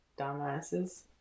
dumbasses